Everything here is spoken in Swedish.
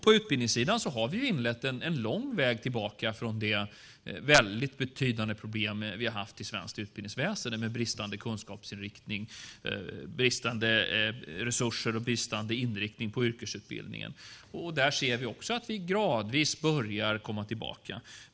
På utbildningssidan har vi inlett en lång väg tillbaka från de betydande problem vi har haft i svenskt utbildningsväsen med bristande kunskapsinriktning, bristande resurser och bristande inriktning på yrkesutbildning. Där ser vi också att vi gradvis börjar komma tillbaka.